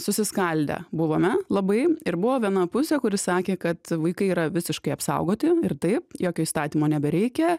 susiskaldę buvome labai ir buvo viena pusė kuri sakė kad vaikai yra visiškai apsaugoti ir tai jokio įstatymo nebereikia